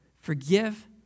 forgive